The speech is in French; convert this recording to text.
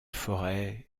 forêt